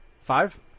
five